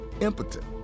impotent